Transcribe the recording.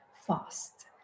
fast